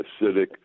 acidic